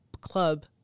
club